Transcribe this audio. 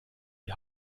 die